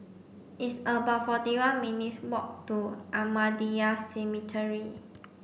it's about forty one minutes' walk to Ahmadiyya Cemetery